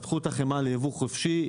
פתחו את החמאה לייבוא חופשי,